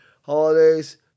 Holidays